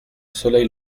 soleil